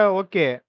okay